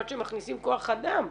עד שמכניסים כוח אדם,